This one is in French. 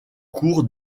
cours